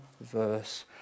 verse